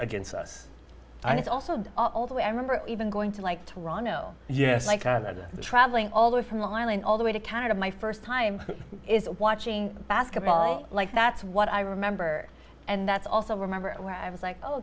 against us and it's also although i remember even going to like toronto yes like canada traveling all the way from long island all the way to canada my st time is watching basketball like that's what i remember and that's also remember where i was like oh